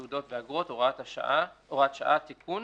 תעודות ואגרות) (הוראת שעה) (תיקון),